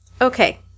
Okay